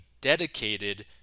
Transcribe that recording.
dedicated